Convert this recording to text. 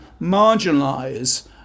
marginalise